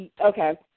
okay